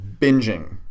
Binging